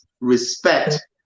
respect